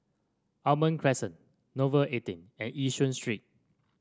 Almond Crescent Nouvel eighteen and Yishun Street